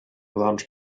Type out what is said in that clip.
launch